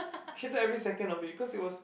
hated every second of it cause it was